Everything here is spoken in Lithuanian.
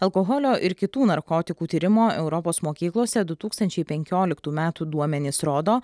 alkoholio ir kitų narkotikų tyrimo europos mokyklose du tūkstančiai penkioliktų metų duomenys rodo